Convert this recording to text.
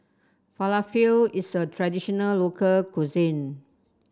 falafel is a traditional local cuisine